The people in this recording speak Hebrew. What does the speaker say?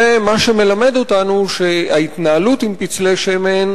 זה מה שמלמד אותנו שההתנהלות עם פצלי שמן,